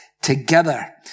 together